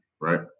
right